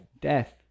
death